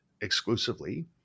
exclusively